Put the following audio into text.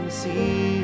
see